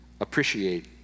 appreciate